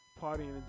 partying